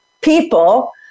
people